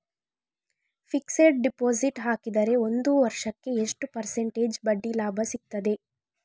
Fixed deposit ಹಾಕಿದರೆ ಒಂದು ವರ್ಷಕ್ಕೆ ಎಷ್ಟು ಪರ್ಸೆಂಟೇಜ್ ಬಡ್ಡಿ ಲಾಭ ಸಿಕ್ತದೆ?